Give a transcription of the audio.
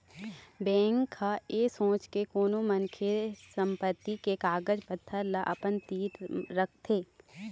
bank ह ऐ सोच के कोनो मनखे के संपत्ति के कागज पतर ल अपन तीर रखथे